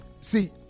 See